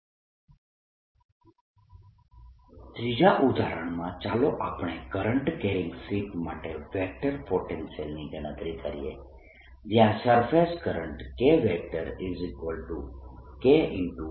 A1 By2 xBx2 y A2 B y x A1 A2By2 xBx2 y ત્રીજા ઉદાહરણમાં ચાલો આપણે કરંટ કેરિંગ શીટ માટે વેક્ટર પોટેન્શિયલની ગણતરી કરીએ જ્યા સરફેસ કરંટ Kk y છે